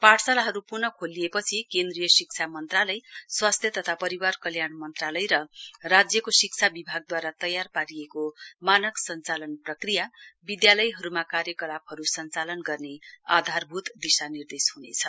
पाठशालाहरू पन खोलिएपछि केन्द्रीय शिक्षा मन्त्रालय स्वास्थ्य तथा परिवार कल्याण मन्त्रालय र राज्यको शिक्षा विभागद्वारा तयार पारिएको मानक सञ्चालन प्रक्रिया विधालयहरूमा कार्यकलापहरू सञ्चालन गर्ने आधारभूत दिशानिर्देश ह्नेछ